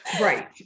right